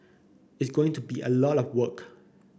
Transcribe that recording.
it's going to be a lot of work